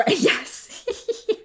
Yes